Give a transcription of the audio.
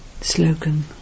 Slogan